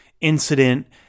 incident